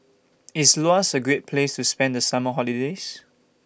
IS Laos A Great Place to spend The Summer Holiday